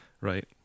Right